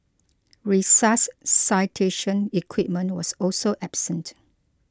resuscitation equipment was also absent